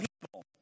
people